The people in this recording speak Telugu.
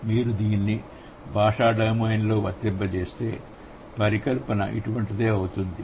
మీరు దీన్ని భాషా డొమైన్లో వర్తింపజేస్తే పరికల్పన ఇటువంటిదే అవుతుంది